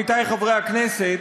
עמיתי חברי הכנסת,